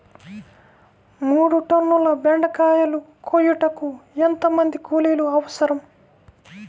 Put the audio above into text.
మూడు టన్నుల బెండకాయలు కోయుటకు ఎంత మంది కూలీలు అవసరం?